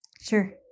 Sure